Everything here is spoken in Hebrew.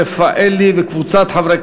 רבותי,